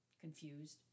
confused